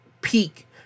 peak